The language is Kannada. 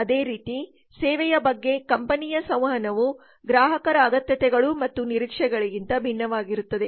ಅದೇ ರೀತಿ ಸೇವೆಯ ಬಗ್ಗೆ ಕಂಪನಿಯ ಸಂವಹನವು ಗ್ರಾಹಕರ ಅಗತ್ಯತೆಗಳು ಮತ್ತು ನಿರೀಕ್ಷೆಗಳಿಗಿಂತ ಭಿನ್ನವಾಗಿರುತ್ತದೆ